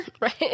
Right